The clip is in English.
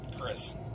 Chris